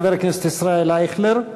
חבר הכנסת ישראל אייכלר,